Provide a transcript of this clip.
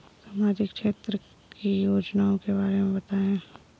सामाजिक क्षेत्र की योजनाओं के बारे में बताएँ?